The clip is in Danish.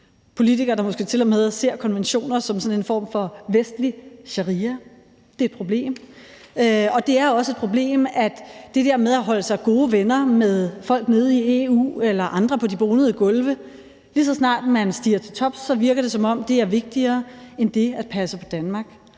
politikere, der måske tilmed ser konventioner som sådan en form for vestlig sharia. Det er et problem, og der er også et problem med hensyn til det med at holde sig gode venner med folk nede i EU eller andre på de bonede gulve. Lige så snart man stiger til tops, virker det, som om det er vigtigere end det at passe på Danmark.